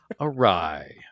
awry